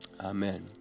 Amen